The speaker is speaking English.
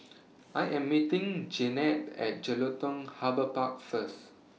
I Am meeting Jeanetta At Jelutung Harbour Park First